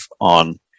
on